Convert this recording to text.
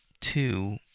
two